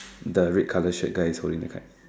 the red colour shit guy is holding the kite